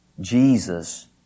Jesus